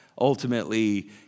ultimately